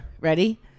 Ready